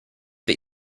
für